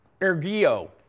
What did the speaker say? ergio